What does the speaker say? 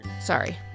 Sorry